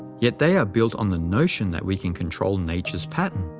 yet they are built on the notion that we can control nature's pattern,